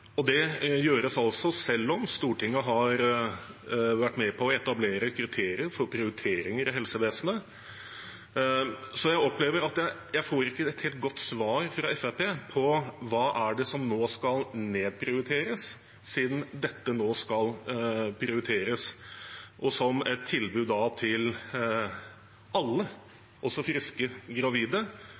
og det gjøres selv om Stortinget har vært med på å etablere kriterier for prioriteringer i helsevesenet. Jeg opplever at jeg ikke får et helt godt svar fra Fremskrittspartiet på hva det er som nå skal nedprioriteres, siden dette nå skal prioriteres som et tilbud til alle, også friske gravide,